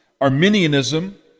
Arminianism